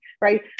right